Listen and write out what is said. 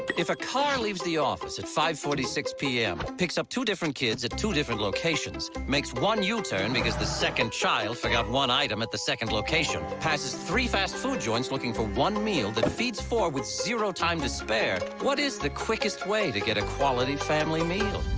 if a car leaves the office. at five forty six pm. picks up two different kids at two different locations. makes one and because the second child forgot one item at the second location. passes three fast food joints looking for one meal. that feeds four with zero time to spare. what is the quickest way to get a quality family meal?